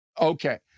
Okay